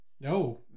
No